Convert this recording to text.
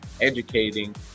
educating